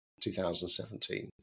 2017